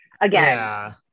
Again